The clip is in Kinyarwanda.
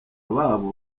ababo